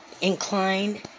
inclined